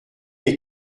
est